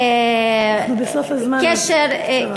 את בסוף הזמן אז בקצרה.